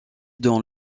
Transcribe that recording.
dans